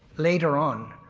later on,